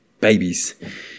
babies